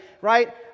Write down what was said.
right